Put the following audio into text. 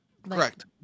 Correct